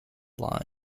line